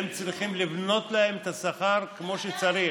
הם צריכים שיבנו להם את השכר כמו שצריך,